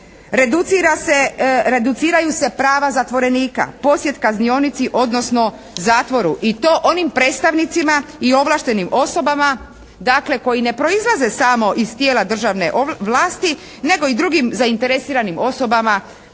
Reduciraju se prava zatvorenika, posjet kaznionici, odnosno zatvoru i to onim predstavnicima i ovlaštenim osobama dakle koji ne proizlaze samo iz tijela državne vlasti, nego i drugim zainteresiranim osobama